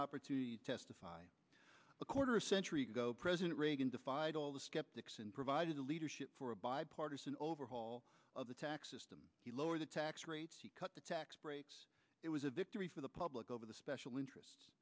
opportunity to testify a quarter century ago president reagan defied all the skeptics and provided the leadership for a bipartisan overhaul of the tax system the lower the tax rate cut the tax breaks it was a victory for the public over the special interests